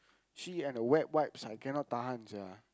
she and her wet wipes I cannot tahan sia